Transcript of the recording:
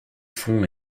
font